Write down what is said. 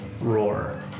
roar